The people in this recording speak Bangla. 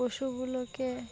পশুগুলোকে